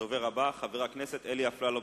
הדובר הבא, חבר הכנסת אלי אפללו.